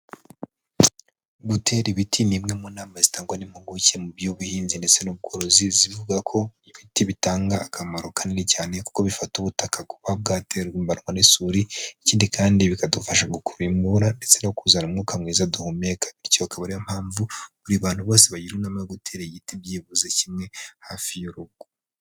Gutera ibiti ni imwe mu nama zitangwa n'impuguke mu by'ubuhinzi ndetse n'ubworozi, zivuga ko ibiti bitanga akamaro kanini cyane, kuko bifata ubutaka bwo kuba bwaterwa n'isuri, ikindi kandi bikadufasha gukurura imvura ndetse no kuzana umwuka mwiza duhumeka, bityo akaba ari yo mpamvu buri bantu bose bagirwa inama yo gutera igiti byibuze kimwe, hafi y'urugo.